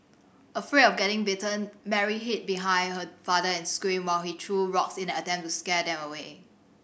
afraid of getting bitten Mary hid behind her father and screamed while he threw rocks in an attempt to scare them away